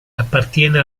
appartiene